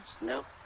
Nope